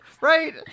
right